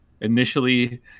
initially